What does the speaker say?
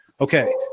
okay